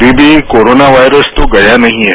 अभी भी corona virus तो गया नहीं है